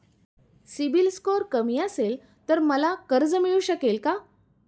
CIBIL score कमी असेल तर मला कर्ज मिळू शकेल का?